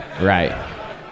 Right